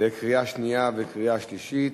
בקריאה שנייה ובקריאה שלישית.